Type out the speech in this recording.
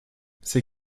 ces